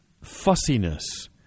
fussiness